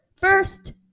first